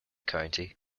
county